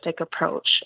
approach